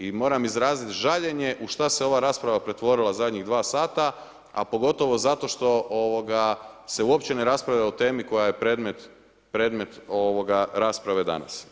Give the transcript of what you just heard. I moram izraziti žaljenje u što se ova rasprava pretvorila zadnjih 2 sata, a pogotovo zato što se uopće ne raspravlja o temi koja je predmet rasprave danas.